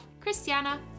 Christiana